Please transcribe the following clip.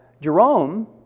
Jerome